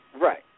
Right